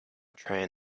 train